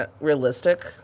realistic